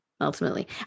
ultimately